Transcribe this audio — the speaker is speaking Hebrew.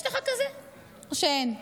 או שאין?